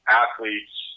athletes